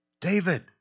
David